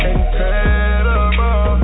Incredible